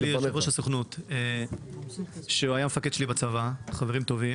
אתמול היה אצלי ראש הסוכנות שהיה המפקד שלי בצבא ואנחנו חברים טובים